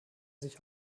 sich